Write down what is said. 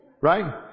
Right